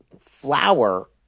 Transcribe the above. flour